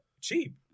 Cheap